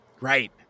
Right